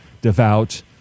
devout